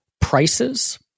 prices